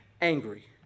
angry